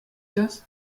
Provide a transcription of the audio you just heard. das